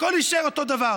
הכול יישאר אותו דבר.